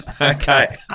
Okay